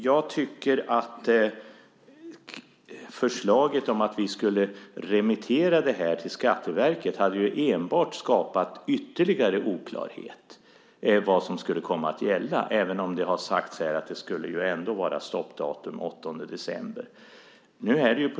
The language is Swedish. Jag tycker att förslaget att vi skulle remittera det här till Skatteverket enbart skulle ha skapat ytterligare oklarhet om vad som skulle komma att gälla, även om det har sagts här att det ändå skulle vara stoppdatum den 8 december.